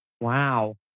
Wow